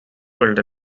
built